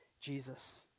Jesus